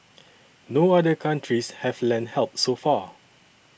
no other countries have lent help so far